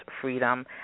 Freedom